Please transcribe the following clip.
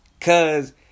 cause